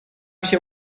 się